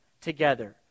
together